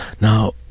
now